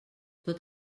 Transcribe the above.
tot